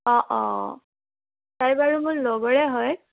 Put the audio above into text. অঁ অঁ আটাইবোৰ বাৰু মোৰ লগৰে হয়